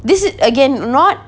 this is again not